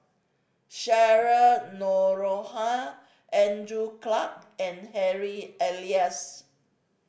Cheryl Noronha Andrew Clarke and Harry Elias